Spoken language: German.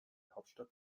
hauptstadt